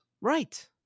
Right